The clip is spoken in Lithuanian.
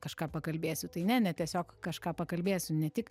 kažką pakalbėsiu tai ne ne tiesiog kažką pakalbėsiu ne tik